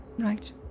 right